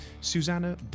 Susanna